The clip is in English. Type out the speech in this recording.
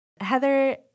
Heather